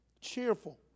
cheerful